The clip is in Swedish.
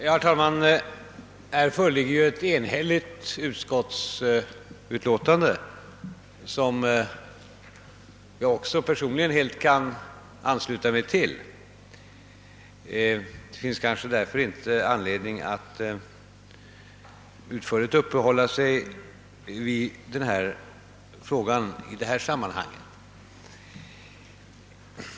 Herr talman! Här föreligger ett enhälligt utskottsutlåtande, som jag också personligen helt kan ansluta mig till. Det finns kanske därför inte anledning att nu mera utförligt uppehålla sig vid denna fråga.